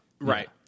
right